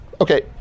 Okay